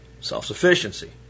Self-sufficiency